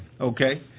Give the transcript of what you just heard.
Okay